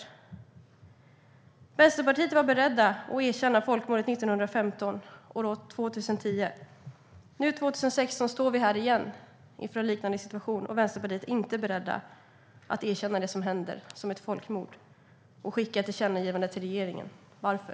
År 2010 var Vänsterpartiet berett att erkänna folkmordet 1915. Nu, 2016, står vi här igen inför en liknande situation, och Vänsterpartiet är inte berett att erkänna det som händer som ett folkmord och skicka ett tillkännagivande till regeringen. Varför?